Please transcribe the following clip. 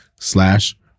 slash